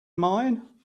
mine